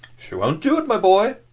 she won't do it, my boy.